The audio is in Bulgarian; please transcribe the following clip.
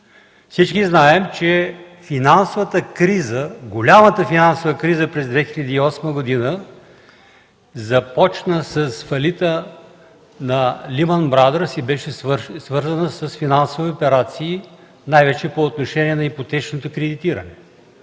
Всички знаем, че финансовата криза, голямата финансова криза през 2008 г. започна с фалита на „Лемън брадърс” и беше свързана с финансови операции най-вече по отношение на ипотечното кредитиране.